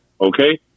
Okay